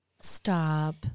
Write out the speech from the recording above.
Stop